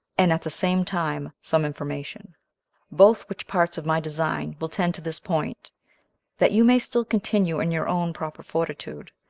and, at the same time, some information both which parts of my design will tend to this point that you may still continue in your own proper fortitude.